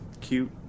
cute